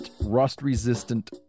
rust-resistant